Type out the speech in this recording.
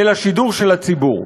אלא שידור של הציבור.